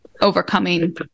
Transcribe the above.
overcoming